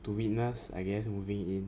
to witness I guess moving in